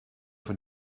von